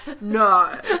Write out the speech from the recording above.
No